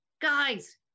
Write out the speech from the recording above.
guys